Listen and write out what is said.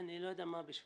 אני לא יודע מה בשפרעם,